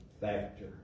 factor